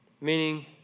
meaning